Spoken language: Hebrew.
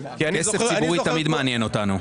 כי אני זוכר --- כסף ציבורי תמיד מעניין אותנו.